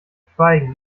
schweigen